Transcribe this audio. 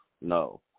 No